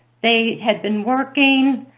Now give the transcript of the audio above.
they had been working.